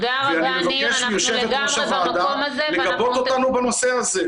אני מבקש מיושבת-ראש הוועדה לגבות אותנו בנושא הזה.